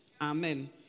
Amen